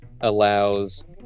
allows